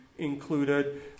included